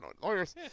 lawyers